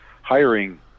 hiring